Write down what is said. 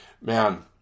man